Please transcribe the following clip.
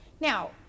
Now